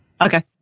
Okay